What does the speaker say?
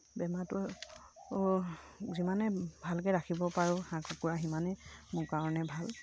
বেমাৰতো আৰু যিমানে ভালকৈ ৰাখিব পাৰোঁ হাঁহ কুকুৰা সিমানেই মোৰ কাৰণে ভাল